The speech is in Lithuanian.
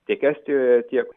tiek estijoje tiek